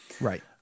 Right